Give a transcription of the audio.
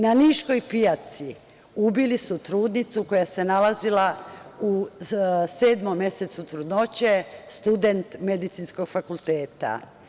Na niškoj pijaci ubili su trudnicu koja se nalazila u sedmom mesecu trudnoće, student medicinskog fakulteta.